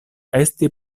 esti